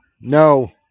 No